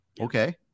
Okay